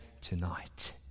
tonight